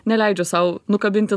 neleidžiu sau nukabinti